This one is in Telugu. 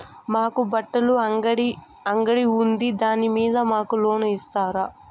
మాకు బట్టలు అంగడి ఉంది దాని మీద మాకు లోను ఇస్తారా